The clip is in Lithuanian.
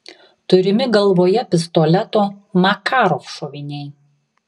turimi galvoje pistoleto makarov šoviniai